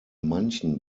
manchen